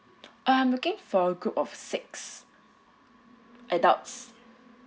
I'm looking for a group of six adults